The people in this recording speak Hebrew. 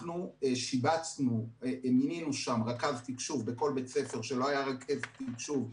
אנחנו שיבצנו רכז תקשוב בכל בית ספר שלא היה בו רכז תקשוב.